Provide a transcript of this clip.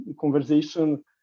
conversation